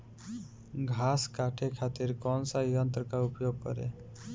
घास काटे खातिर कौन सा यंत्र का उपयोग करें?